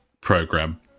program